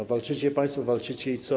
A walczycie państwo, walczycie i co?